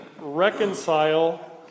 reconcile